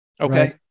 Okay